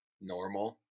normal